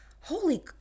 Holy